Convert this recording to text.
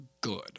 good